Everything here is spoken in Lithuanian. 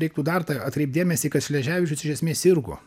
reiktų dar ta atkreipt dėmesį kad šleževičius iš esmės sirgo